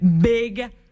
Big